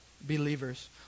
believers